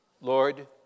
Lord